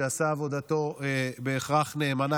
שעשה עבודתו בהכרח נאמנה,